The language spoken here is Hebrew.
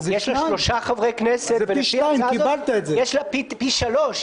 יש לה שלושה חברי כנסת ויש לה פי שלוש.